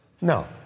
No